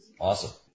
Awesome